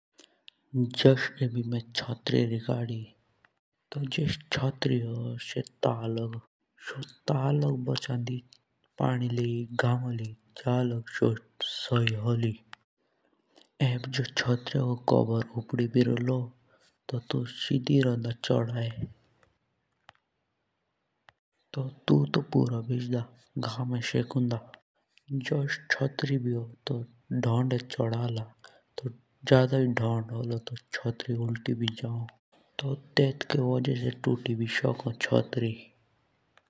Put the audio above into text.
जुस एभि मेय छत्री री गाड़ी तो सो ता लग बुछंडी सो पानी लिय जा लग से सही रोलि। एब जो छत्रिया को खबर उपदि रो तो सिदी रोला तो तु तो पूरा भीजल। और जे धोन्दे छोदालम तो छत्री उल्टी भी होई गाऊँ। और तोत भी सोकों।